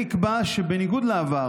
נקבע שבניגוד לעבר,